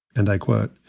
and i quote,